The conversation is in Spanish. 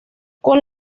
con